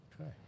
Okay